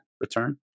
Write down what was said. return